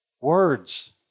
words